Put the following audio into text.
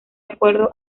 acuerdo